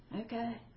okay